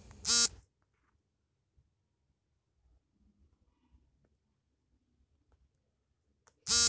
ಕೈಗಾರಿಕೆ, ವ್ಯವಸಾಯ ನಗರೀಕರಣಕ್ಕೆ ಜನರು ಅರಣ್ಯ ನಾಶ ಮಾಡತ್ತಿದ್ದಾರೆ